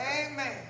Amen